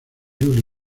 julie